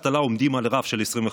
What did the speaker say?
שיעורי האבטלה עומדים על רף של 25%,